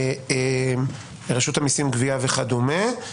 רשות המיסים גבייה וכדומה.